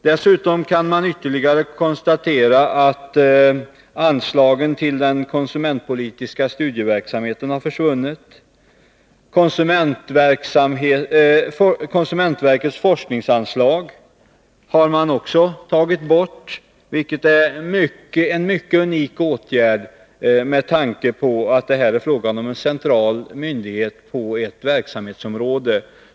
Dessutom kan man konstatera att anslagen till den konsumentpolitiska studieverksamheten har försvunnit. Konsumentverkets forskningsanslag har också tagits bort, vilket är en unik åtgärd med tanke på att det här är fråga om en central myndighet på ett verksamhetsområde.